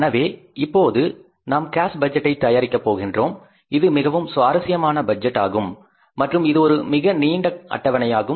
எனவே இப்போது நாம் கேஸ் பட்ஜெட்டை தயாரிக்க போகின்றோம் இது மிகவும் சுவாரஸ்யமான பட்ஜெட் ஆகும் மற்றும் இது ஒரு மிகநீண்ட அட்டவணையாகும்